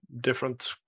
different